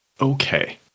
Okay